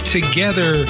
Together